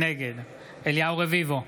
נגד אליהו רביבו,